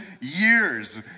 years